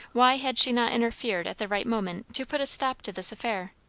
why had she not interfered at the right moment, to put a stop to this affair?